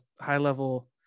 high-level